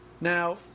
Now